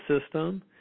system